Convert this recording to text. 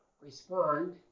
respond